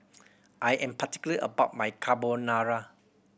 I am particular about my Carbonara